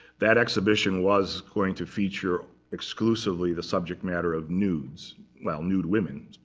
that exhibition was going to feature, exclusively, the subject matter of nudes well, nude women,